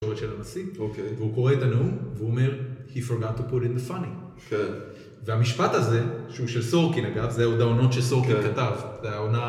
של הנשיא, הוא קורא את הנאום והוא אומר he forgot to put in the funny, והמשפט הזה שהוא של סורקין, אגב זה הגאונות שסורקין כתב, זה העונה..